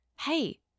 hey